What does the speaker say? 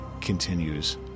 continues